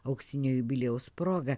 auksinio jubiliejaus proga